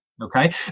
Okay